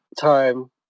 time